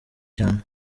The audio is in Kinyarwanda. cyane